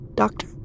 Doctor